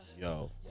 Yo